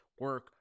Work